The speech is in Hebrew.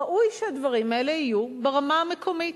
ראוי שהדברים האלה יהיו ברמה המקומית,